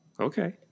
Okay